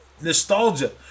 nostalgia